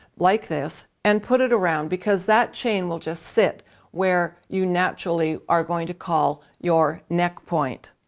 like this, and put it around because that chain will just sit where you naturally are going to call your neck point.